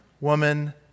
woman